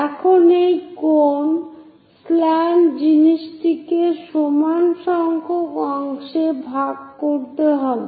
এখন এই কোন স্ল্যান্ট জিনিসটিকে সমান সংখ্যক অংশে ভাগ করতে হবে